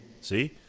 See